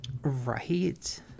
Right